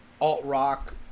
alt-rock